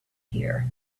here